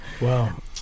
Wow